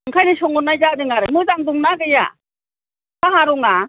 ओंखायनो सोंहरनाय जादों आरो मोजां दंना गैया साहा रंआ